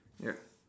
ya